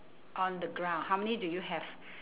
on the ground how many do you have